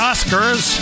Oscars